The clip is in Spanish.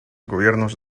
gobiernos